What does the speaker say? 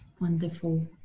Wonderful